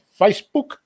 Facebook